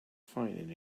find